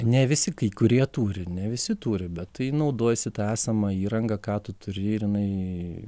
ne visi kurie turi ne visi turi bet tai naudojasi ta esama įranga ką tu turi ir jinai